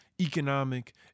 economic